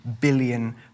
billion